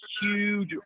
huge